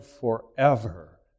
forever